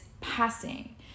passing